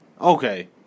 Okay